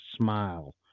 smile